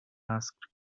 asked